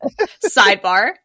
sidebar